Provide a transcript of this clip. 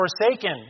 forsaken